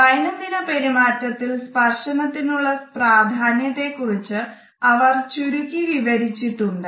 ദൈനംദിന പെരുമാറ്റത്തിൽ സ്പർശനത്തിനുള്ള പ്രാധാന്യത്തെ കുറിച്ച് അവർ ചുരുക്കി വിവരിച്ചിട്ടുണ്ട്